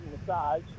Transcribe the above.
massage